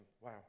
wow